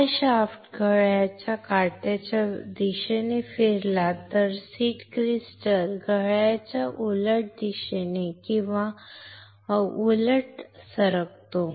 हा शाफ्ट घड्याळाच्या काट्याच्या दिशेने फिरला तर सीड क्रिस्टल घड्याळाच्या उलट दिशेने किंवा उलट उजवीकडे सरकतो